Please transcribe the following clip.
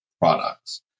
products